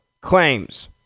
claims